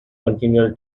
continual